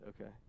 okay